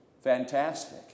fantastic